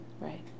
Right